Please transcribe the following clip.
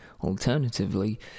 Alternatively